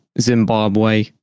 Zimbabwe